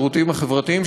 הרווחה והשירותים החברתיים,